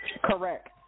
Correct